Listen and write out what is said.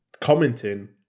commenting